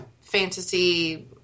fantasy